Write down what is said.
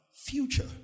future